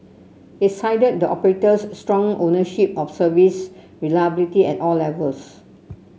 it cited the operator's strong ownership of service reliability at all levels